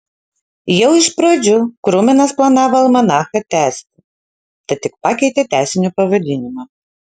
jau iš pradžių kruminas planavo almanachą tęsti tad tik pakeitė tęsinio pavadinimą